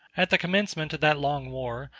at the commencement of that long war,